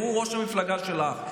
והוא ראש המפלגה שלך.